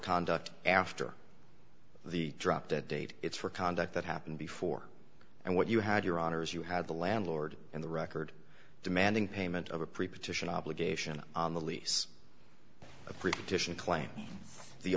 conduct after the drop that date it's for conduct that happened before and what you had your honour's you had the landlord in the record demanding payment of a pre partition obligation on the leas